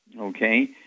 okay